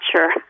sure